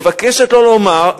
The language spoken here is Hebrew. מבקשת לא לומר,